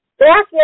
Back